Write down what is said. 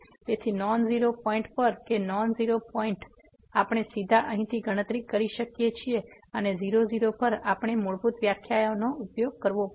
તેથી non zero point પર કે નોન જીરો પોઈન્ટ આપણે સીધા અહીંથી ગણતરી કરી શકીએ છીએ અને 00 પર આપણે મૂળભૂત વ્યાખ્યાઓનો ઉપયોગ કરવો પડશે